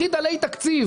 הכי דלי תקציב.